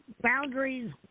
boundaries